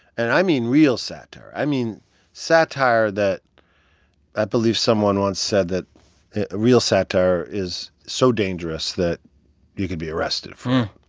and i mean real satire. i mean satire that i believe someone once said that real satire is so dangerous that you could be arrested for it.